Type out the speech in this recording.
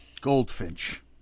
Goldfinch